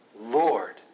Lord